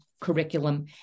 curriculum